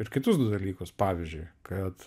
ir kitus du dalykus pavyzdžiui kad